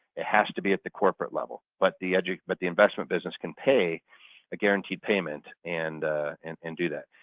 it has to be at the corporate level but the but the investment business can pay a guaranteed payment and and and do that.